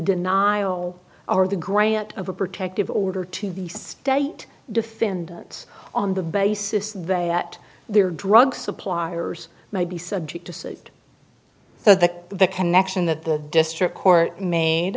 denial or the grant of a protective order to the state defendants on the basis that their drug suppliers might be subject to sued so the the connection that the district court made